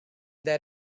that